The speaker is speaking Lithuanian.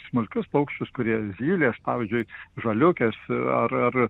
smulkius paukščius kurie zylės pavyzdžiui žaliukės ar